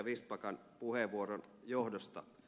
vistbackan puheenvuoron johdosta